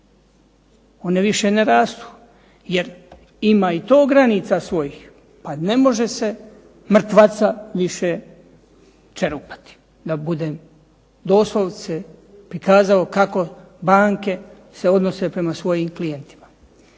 one više ne rastu. Jer ima i to granica svojih. Pa ne može se mrtvaca više čerupati, da budem doslovce prikazao kako banke se odnose prema svojim klijentima.